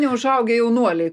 neužaugę jaunuoliai